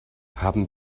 haben